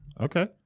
Okay